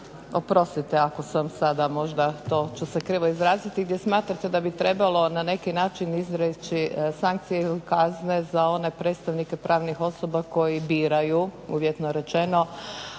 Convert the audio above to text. oprostite ako sam sada možda to ću se krivo izraziti, gdje smatrate da bi trebalo na neki način izreći sankcije ili kazne za one predstavnike pravnih osoba koji biraju uvjetno rečeno,